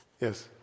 Yes